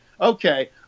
okay